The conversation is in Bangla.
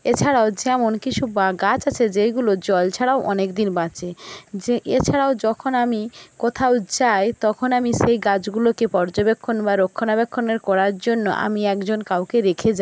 এছাড়াও যেমন কিছু গাছ আছে যেইগুলো জল ছাড়াও অনেক দিন বাঁচে যে এছাড়াও যখন আমি কোথাও যাই তখন আমি সেই গাছগুলোকে পর্যবেক্ষণ বা রক্ষণাবেক্ষণের করার জন্য আমি একজন কাউকে রেখে যাই